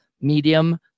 medium